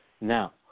Now